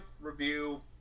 review